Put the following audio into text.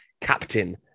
captain